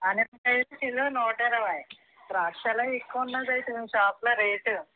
దానిమ్మకాయ kilo నూట ఇరవై ద్రాక్ష ఎక్కువ ఉన్నది అయితే మీ షాప్లో రేటు